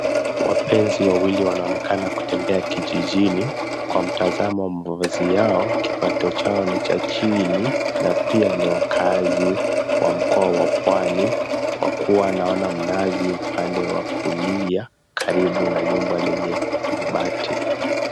Wapenzi wawili wanaonekana kutembea kijijini. Kwa mtazamo wa mavazi yao, kipato chao ni cha chini na pia ni wakaazi wa mkoa wa pwani, kwa kuwa naona mnazi upande wa kulia karibu na nyumba lenye mabati.